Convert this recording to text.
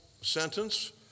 sentence